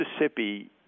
Mississippi